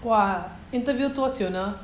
!wah! interview 多久呢